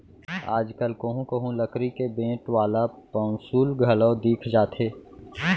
आज कल कोहूँ कोहूँ लकरी के बेंट वाला पौंसुल घलौ दिख जाथे